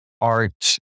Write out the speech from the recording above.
art